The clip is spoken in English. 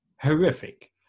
horrific